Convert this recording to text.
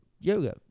yoga